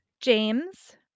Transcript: James